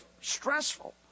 stressful